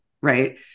right